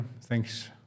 thanks